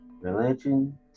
Religion